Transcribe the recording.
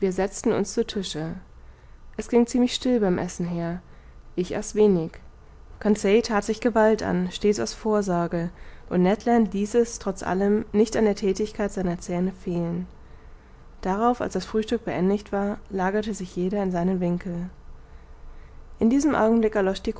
setzten uns zu tische es ging ziemlich still beim essen her ich aß wenig conseil that sich gewalt an stets aus vorsorge und ned land ließ es trotz allem nicht an der thätigkeit seiner zähne fehlen darauf als das frühstück beendigt war lagerte sich jeder in einen winkel in diesem augenblick